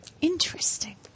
Interesting